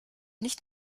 nicht